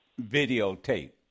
videotape